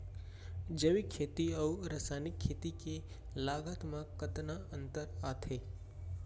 जैविक खेती अऊ रसायनिक खेती के लागत मा कतना अंतर आथे?